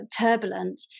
turbulent